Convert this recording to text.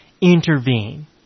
intervene